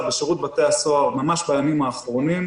בשירות בתי הסוהר ממש בימים האחרונים,